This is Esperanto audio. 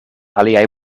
aliaj